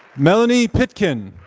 melanie pitkin.